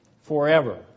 forever